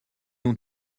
ont